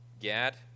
Gad